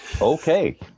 Okay